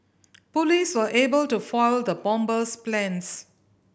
police were able to foil the bomber's plans